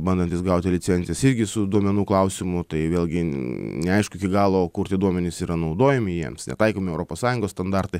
bandantys gauti licencijas irgi su duomenų klausimu tai vėlgi neaišku iki galo kur tie duomenys yra naudojami jiems netaikomi europos sąjungos standartai